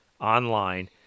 online